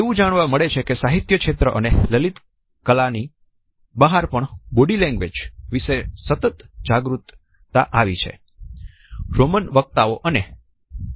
એવું જાણવા મળે છે કે સાહિત્ય ક્ષેત્ર અને લલિત કળા ની બહાર પણ બોડી લેંગ્વેજ વિશે સતત જાગૃતિ આવી છે